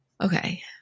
Okay